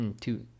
two